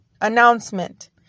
announcement